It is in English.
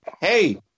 hey